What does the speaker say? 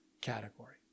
category